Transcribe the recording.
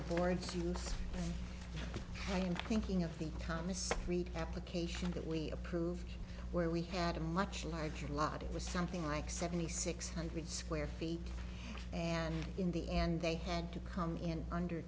the boards you thinking of the economists read application that we approved where we had a much larger lot it was something like seventy six hundred square feet and in the end they had to come in under